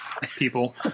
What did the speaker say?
people